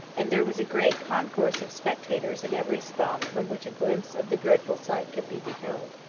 and there was a great concourse of spectators in every spot from which a glimpse of the dreadful sight could be beheld.